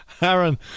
Aaron